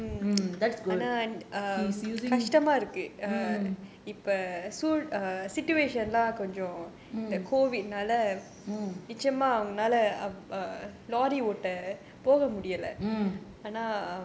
that's good he's using mm mm mm